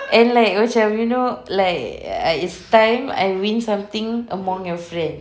and like macam you know like like it's time I win something or more among your friends